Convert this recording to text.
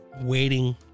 waiting